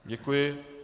Děkuji.